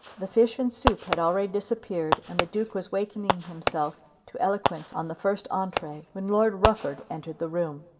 the fish and soup had already disappeared and the duke was wakening himself to eloquence on the first entree when lord rufford entered the room.